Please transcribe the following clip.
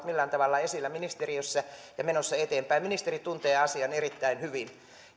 millään tavalla esillä ministeriössä ja menossa eteenpäin ministeri tuntee asian erittäin hyvin